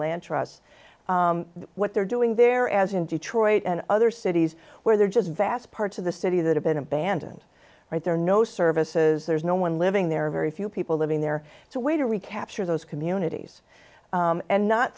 land trust what they're doing there as in detroit and other cities where there just vast parts of the city that have been abandoned right there no services there's no one living there very few people living there so way to recapture those communities and not